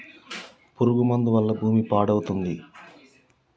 పురుగుల మందు వల్ల భూమి పాడవుతుంది